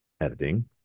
editing